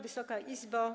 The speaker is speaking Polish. Wysoka Izbo!